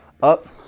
up